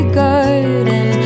garden